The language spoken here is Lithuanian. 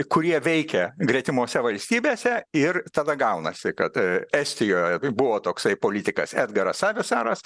kurie veikia gretimose valstybėse ir tada gaunasi kad estijoj buvo toksai politikas edgaras savisaras